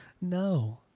No